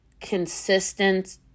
consistent